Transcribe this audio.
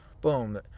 boom